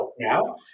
now